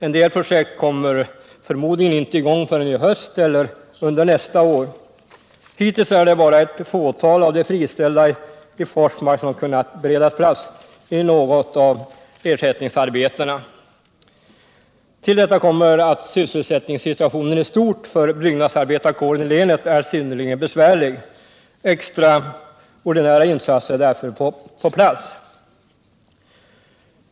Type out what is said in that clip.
Vissa projekt kommer förmod ligen inte i gång förrän i höst eller under nästa år. Hittills är det bara ett fåtal av Nr 144 de friställda i Forsmark som kunnat beredas plats i något av ersättningsar Onsdagen den betena. Till detta kommer att sysselsättningssituationen i stort för byggnads 17 maj 1978 arbetarkåren i länet är synnerligen besvärlig. Extraordinära insatser är därför på sin plats.